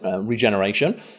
regeneration